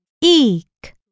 Eek